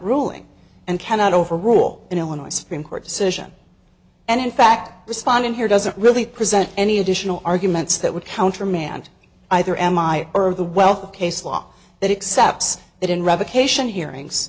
ruling and cannot overrule an illinois supreme court decision and in fact responding here doesn't really present any additional arguments that would countermand either m i or of the wealth of case law that excepts that in revocation hearings